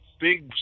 big